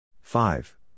Five